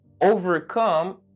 overcome